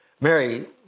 Mary